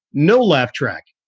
no laugh track.